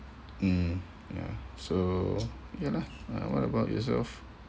mm ya so ya lah uh what about yourself